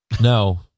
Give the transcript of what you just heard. No